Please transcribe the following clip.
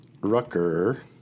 Rucker